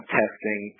testing